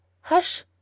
Hush